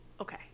okay